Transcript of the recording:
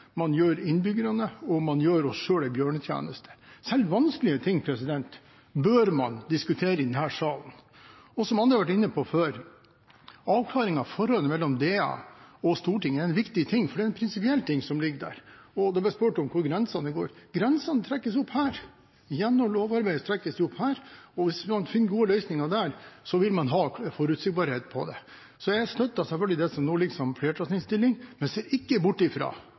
innbyggerne og oss selv en bjørnetjeneste. Selv vanskelige ting bør man diskutere i denne salen. Som andre har vært inne på før: Avklaring av forholdet mellom Domstoladministrasjonen og Stortinget er viktig, for det ligger noe prinsipielt i det. Det ble spurt om hvor grensene går. Grensene trekkes opp her. Gjennom lovarbeid trekkes de opp her, og hvis man finner gode løsninger der, vil man ha forutsigbarhet. Jeg støtter selvfølgelig det som nå er flertallsinnstillingen, men ser ikke bort